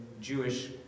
Jewish